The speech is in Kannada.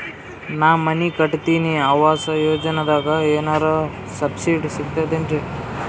ನಾ ಮನಿ ಕಟಕತಿನಿ ಆವಾಸ್ ಯೋಜನದಾಗ ಏನರ ಸಬ್ಸಿಡಿ ಸಿಗ್ತದೇನ್ರಿ?